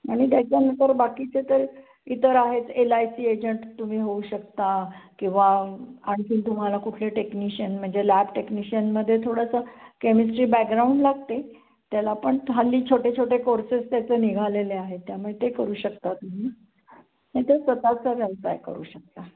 आणि त्याच्यानंतर बाकीचे तर इतर आहेत एल आय सी एजंट तुम्ही होऊ शकता किंवा आणखीन तुम्हाला कुठले टेक्निशियन म्हणजे लॅब टेक्निशियनमध्ये थोडंसं केमिस्ट्री बॅकग्राऊंड लागते त्याला पण हल्ली छोटे छोटे कोर्सेस त्याचे निघालेले आहेत त्यामुळे ते करू शकता तुम्ही नाही तर स्वतःचा करू शकता